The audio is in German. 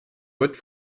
wird